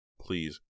Please